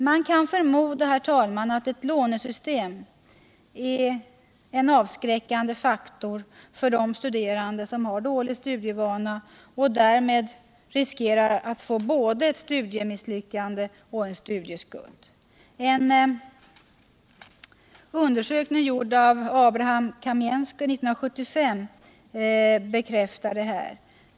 Man kan förmoda att ett lånesystem är en avskräckande faktor för de studerande som har dålig studievana och därmed riskerar att få både ett studiemisslyckande och en studieskuld. En undersökning gjord av Abraham Kamiensky 1975 bekräftar detta.